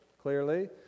clearly